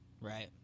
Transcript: Right